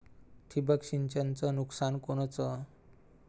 ठिबक सिंचनचं नुकसान कोनचं?